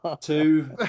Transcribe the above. Two